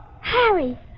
Harry